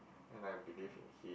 and I believe in him